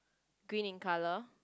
green in colour